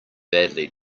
badly